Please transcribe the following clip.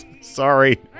Sorry